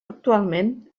actualment